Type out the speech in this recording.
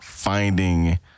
Finding